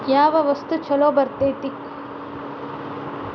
ಯಾವ ವಸ್ತು ಛಲೋ ಬರ್ತೇತಿ?